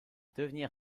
devenir